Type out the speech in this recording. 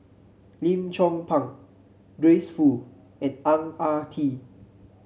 Lim Chong Pang Grace Fu and Ang Ah Tee